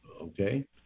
Okay